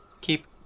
keep